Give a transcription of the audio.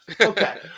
okay